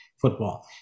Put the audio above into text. football